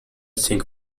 sing